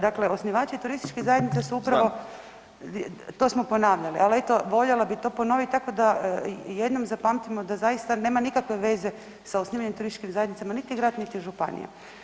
Dakle, osnivači turističkih zajednica su upravo [[Upadica iz klupe: Znam]] to smo ponavljali, al eto voljela bi to ponovit tako da jednom zapamtimo da zaista nema nikakve veze sa osnivanjem turističkih zajednica ma niti grad, niti županija.